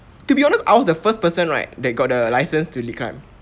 to be honest I was the first person right that got the license to lead climb